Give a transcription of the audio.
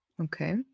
Okay